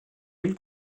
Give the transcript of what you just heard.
ville